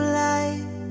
light